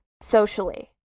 socially